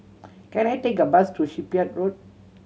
can I take a bus to Shipyard Road